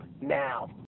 now